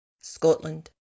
Scotland